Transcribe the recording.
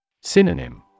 Synonym